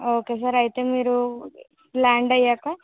okay sir అయితే మీరు land అయ్యాక